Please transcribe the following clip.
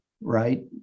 right